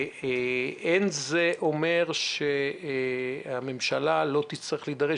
אין זה אומר שהממשלה לא תצטרך להידרש.